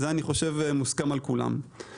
אני חושב שזה מוסכם על כולם.